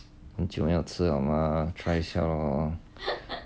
很久没有吃了吗 try 一下咯